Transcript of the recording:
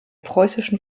preußischen